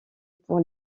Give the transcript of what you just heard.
pour